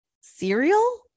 cereal